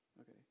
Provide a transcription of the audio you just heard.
Okay